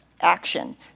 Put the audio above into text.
Action